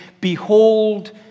behold